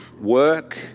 work